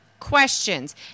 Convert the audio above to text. Questions